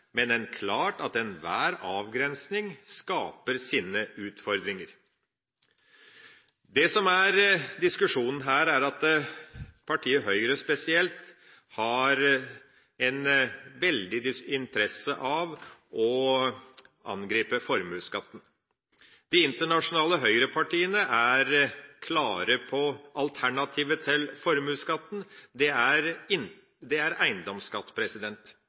men det er klart at enhver avgrensning har sine utfordringer. Det som er diskusjonen her, er at spesielt partiet Høyre har veldig interesse av å angripe formuesskatten. De internasjonale høyrepartiene er klare på alternativet til formuesskatten. Det er eiendomsskatt, en eiendomsskatt som er